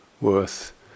worth